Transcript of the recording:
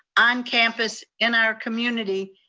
on campus, in our community,